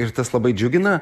ir tas labai džiugina